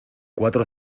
cuatro